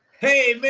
hey, man,